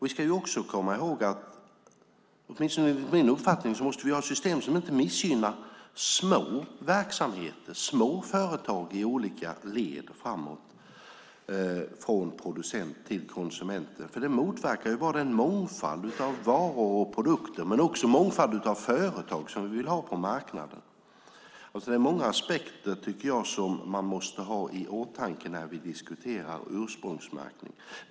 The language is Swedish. Vi ska också komma ihåg att - enligt min uppfattning - vi måste ha system som inte missgynnar små verksamheter eller företag i olika led från producent till konsument. Det motverkar bara den mångfald av varor, produkter och företag som vi vill ha på marknaden. Det är många aspekter som vi måste ha i åtanke när vi diskuterar ursprungsmärkning.